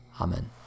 Amen